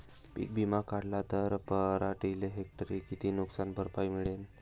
पीक विमा काढला त पराटीले हेक्टरी किती नुकसान भरपाई मिळीनं?